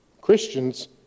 Christians